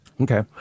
Okay